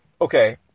Okay